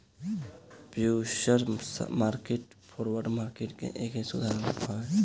futures market forward market के ही सुधारल रूप हवे